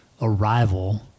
arrival